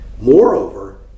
moreover